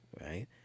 Right